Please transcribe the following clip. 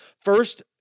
First